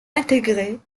intégrée